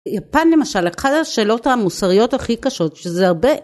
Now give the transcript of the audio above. יפן למשל, אחת השאלות המוסריות הכי קשות שזה הרבה